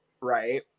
right